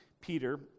Peter